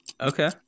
Okay